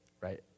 right